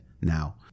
now